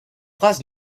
phase